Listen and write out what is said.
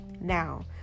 Now